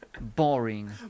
boring